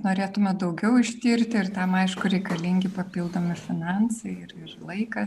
norėtume daugiau ištirti ir tam aišku reikalingi papildomi finansai ir ir laikas